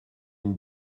une